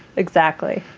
exactly